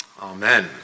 Amen